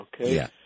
okay